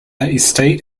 estate